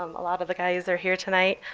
um a lot of the guys are here tonight.